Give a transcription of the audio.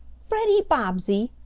freddie bobbsey!